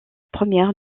première